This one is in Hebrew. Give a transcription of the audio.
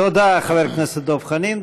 תודה לחבר הכנסת דב חנין.